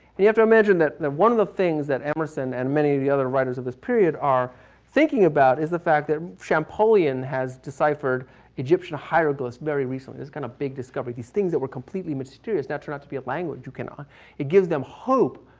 you have to imagine that, that one of the things that emerson and many of the other writers of this period are thinking about is the fact that champollion has deciphered egyptian hieroglyphics very recently. it's kind of a big discovery. these things that were completely mysterious now turn out to be a language you can, um it gives them hope.